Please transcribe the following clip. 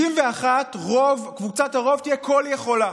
61, קבוצת הרוב תהיה כול-יכולה.